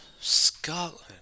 Scotland